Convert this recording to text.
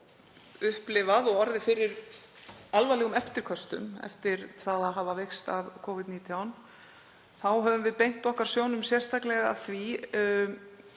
upplifað og orðið fyrir alvarlegum eftirköstum eftir að hafa veikst af Covid-19 þá höfum við beint sjónum okkar sérstaklega að